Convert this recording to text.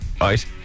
Right